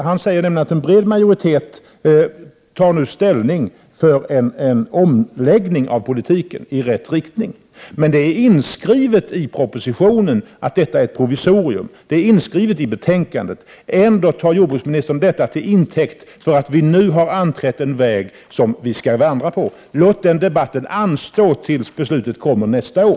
Han säger nämligen att en bred majoritet nu tar ställning för en omläggning av politiken i rätt riktning. Men det är inskrivet i propositionen att detta är ett provisorium! Det är inskrivet i betänkandet. Ändå tar jordbruksministern detta till intäkt för att vi nu har anträtt den väg som vi skall vandra på. Låt den debatten anstå tills beslutet kommer nästa år!